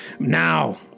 Now